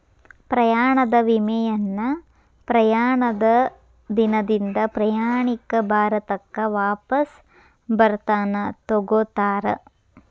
ಪ್ರಯಾಣದ ವಿಮೆಯನ್ನ ಪ್ರಯಾಣದ ದಿನದಿಂದ ಪ್ರಯಾಣಿಕ ಭಾರತಕ್ಕ ವಾಪಸ್ ಬರತನ ತೊಗೋತಾರ